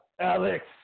Alex